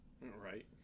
Right